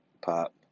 pop